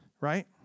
right